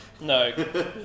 No